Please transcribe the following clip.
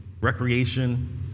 recreation